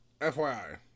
FYI